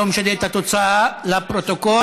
לא משנה את התוצאה, זה לפרוטוקול.